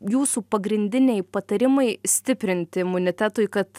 jūsų pagrindiniai patarimai stiprinti imunitetui kad